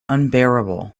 unbearable